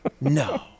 No